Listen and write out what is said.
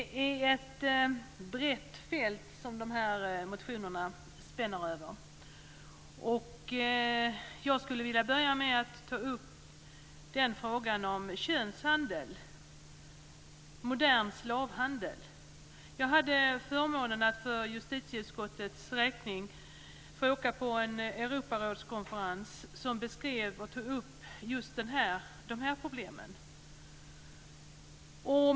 Fru talman! De här motionerna spänner över ett brett fält. Jag skulle vilja börja med att ta upp frågan om könshandel, modern slavhandel. Jag hade förmånen att för justitieutskottets räkning få åka på en Europarådskonferens som beskrev och tog upp just de här problemen.